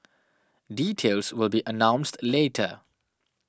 details will be announced later